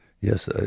yes